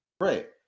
Right